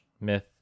myth